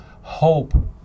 Hope